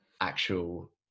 actual